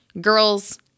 girls